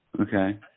Okay